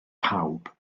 pawb